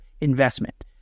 investment